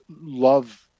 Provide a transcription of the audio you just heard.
love